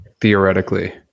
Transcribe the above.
theoretically